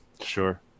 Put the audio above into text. Sure